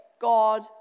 God